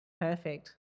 Perfect